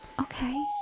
Okay